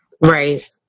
Right